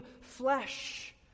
flesh